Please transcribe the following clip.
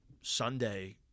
sunday